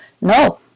No